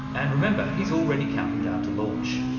and remember, he's already counting down to launch.